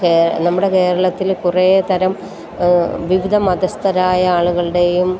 നമ്മുടെ കേരളത്തിൽ കുറേതരം വിവിധ മതസ്ഥരായ ആളുകളുടേയും